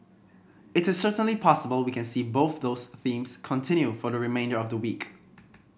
it is certainly possible we can see both those themes continue for the remainder of the week